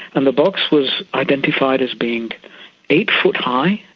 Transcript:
and the box was identified as being eight-foot high,